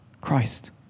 Christ